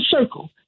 circle